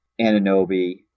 Ananobi